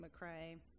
McCray